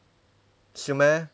是 meh